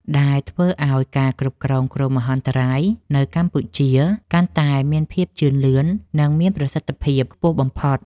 ដែលធ្វើឱ្យការគ្រប់គ្រងគ្រោះមហន្តរាយនៅកម្ពុជាកាន់តែមានភាពជឿនលឿន និងមានប្រសិទ្ធភាពខ្ពស់បំផុត។